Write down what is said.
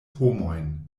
homojn